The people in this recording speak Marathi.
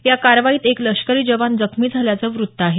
या कारवाईत एक लष्करी जवान जखमी झाल्याचं वृत्त आहे